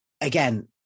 Again